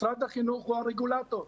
משרד החינוך הוא הרגולטור,